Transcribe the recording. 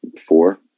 Four